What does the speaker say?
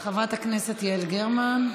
חברת הכנסת יעל גרמן,